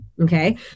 okay